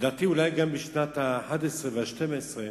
לדעתי אולי גם בשנים 11' ו-12',